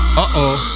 Uh-oh